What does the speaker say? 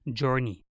journey